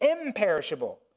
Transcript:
imperishable